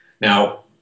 Now